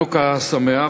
חנוכה שמח.